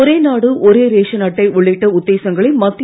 ஒரே நாடு ஒரே ரேஷன் அட்டை உள்ளிட்ட உத்தேசங்களை மத்திய